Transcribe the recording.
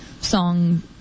song